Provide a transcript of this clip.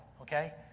Okay